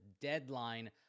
deadline